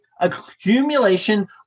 accumulation